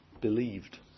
believed